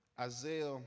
Isaiah